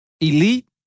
Elite